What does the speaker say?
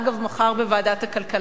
מחר בוועדת הכלכלה של הכנסת.